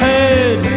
head